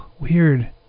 Weird